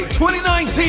2019